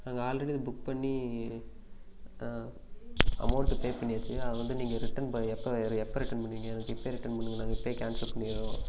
நாங்கள் ஆல்ரெடி இது புக் பண்ணி அமௌண்ட்டு பே பண்ணி இருக்குங்க அதை நீங்கள் ரிட்டர்ன் எப்போ எப்போ ரிட்டர்ன் பண்ணுவீங்க எனக்கு இப்போவே ரிட்டர்ன் பண்ணுங்கள் நாங்கள் இப்போவே கேன்சல் பண்ணிடுறோம்